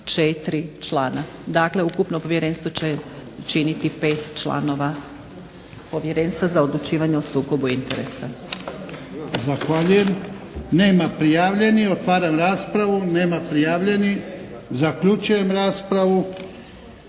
Dakle, ukupno povjerenstvo će činiti 5 članova Povjerenstva za odlučivanje o sukobu interesa.